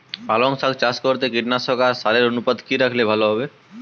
পালং শাক চাষ করতে কীটনাশক আর সারের অনুপাত কি রাখলে ভালো হবে?